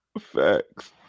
Facts